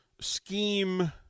scheme